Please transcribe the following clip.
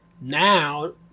Now